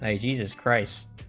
ah jesus christ